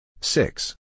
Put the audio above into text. Six